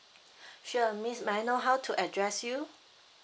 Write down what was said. sure miss may I know how to address you